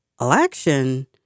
election